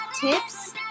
tips